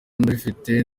ndabifite